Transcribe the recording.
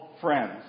friends